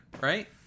right